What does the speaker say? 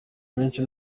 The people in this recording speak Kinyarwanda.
benshi